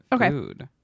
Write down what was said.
Okay